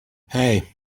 hey